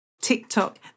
TikTok